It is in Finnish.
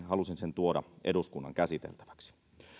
halusin tuoda tämän lakialoitteen eduskunnan käsiteltäväksi